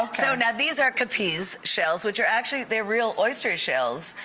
um so now these are capiz shells which are actually they're real oyster shells.